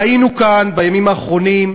ראינו כאן בימים האחרונים,